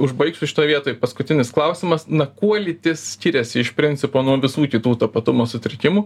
užbaigsiu šitoj vietoj paskutinis klausimas na kuo lytis skiriasi iš principo nuo visų kitų tapatumo sutrikimų